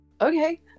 Okay